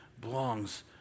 belongs